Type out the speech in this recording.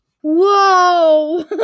Whoa